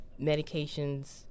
medications